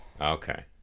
Okay